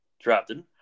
drafted